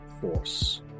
force